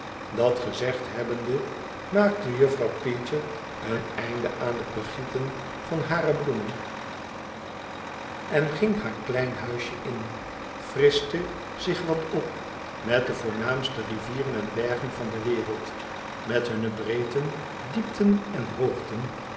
dat gezegd hebbende maakte jufirouw peecher een einde aan het begieten van hare bloemen en ging haar klein huisje in frischte zich wat op met de voornaamste rivieren en bergen van de wereld met hunne breedten diepten en hoogten